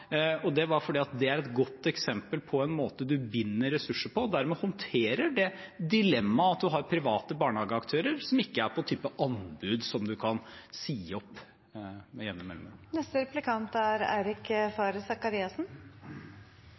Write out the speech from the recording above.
Det var fordi det er et godt eksempel på en måte man binder ressurser på, og dermed håndterer det dilemmaet at man har private barnehageaktører som ikke er på anbud som man kan si opp med jevne